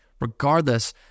regardless